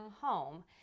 home